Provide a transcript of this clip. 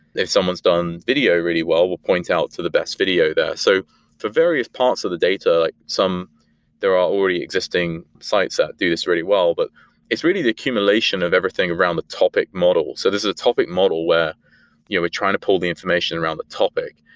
if someone's done video really well, it will point out to the best video there. so, for various parts of the data, like some there are already existing sites that do this really well. but it's really the accumulation of everything around the topic model. so this is a topic model where you know we're trying to pull the information around a topic,